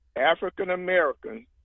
African-Americans